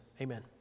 amen